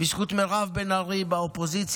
בזכות מירב בן ארי באופוזיציה,